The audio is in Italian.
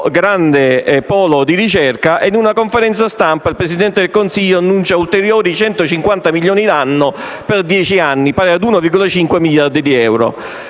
grande polo di ricerca e in una conferenza stampa il Presidente del Consiglio annuncia il conferimento di ulteriori 150 milioni l'anno per dieci anni, pari a 1,5 miliardi di euro.